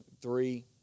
three